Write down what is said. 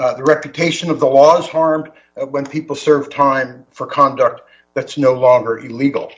sentence the reputation of the laws harmed when people serve time for conduct that's no longer illegal